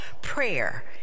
prayer